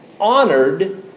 honored